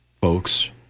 folks